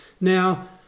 Now